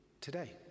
Today